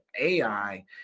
AI